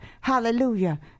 Hallelujah